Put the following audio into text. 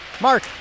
Mark